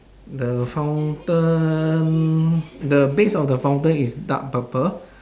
the fountain the base of the fountain is dark purple